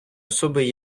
особи